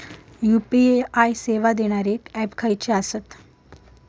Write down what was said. UPI सेवा देणारे app खयचे आसत?